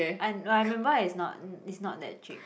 I I remember it's not it's not that cheap